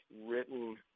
written